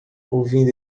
ouvindo